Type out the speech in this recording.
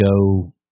go